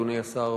אדוני השר,